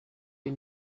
you